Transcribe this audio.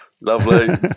lovely